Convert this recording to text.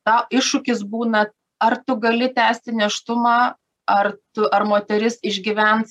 tą iššūkis būna ar tu gali tęsti nėštumą ar tu ar moteris išgyvens